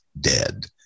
dead